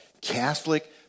Catholic